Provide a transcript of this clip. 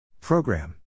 Program